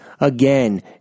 Again